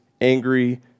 angry